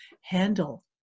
handle